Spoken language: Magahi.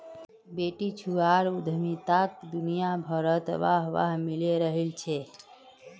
बेटीछुआर उद्यमिताक दुनियाभरत वाह वाह मिले रहिल छे